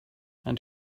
and